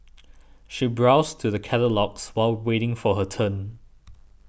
she browsed through the catalogues while waiting for her turn